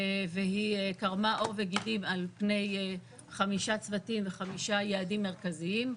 והיא קרמה עור וגידים על פני חמישה צוותים וחמישה יעדים מרכזיים.